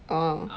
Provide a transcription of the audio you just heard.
orh